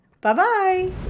Bye-bye